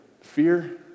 Fear